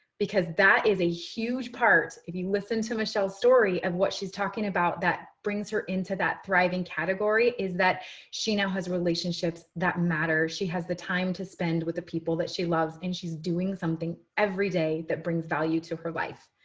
because that is a huge part, if you listen to michelle's story, of what she's talking about, that brings her into that thriving category is that she now has relationships that matter. she has the time to spend with the people that she loves, and she's doing something every day that brings value to her life.